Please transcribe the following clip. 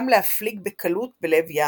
גם להפליג בקלות בלב ים,